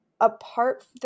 apart